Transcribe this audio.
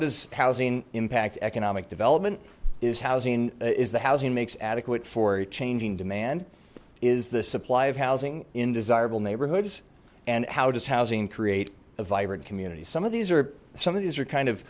does housing impact economic development is housing is the housing makes adequate for a changing demand is the supply of housing in desirable neighborhoods and how does housing create a vibrant community some of these are some of these are kind of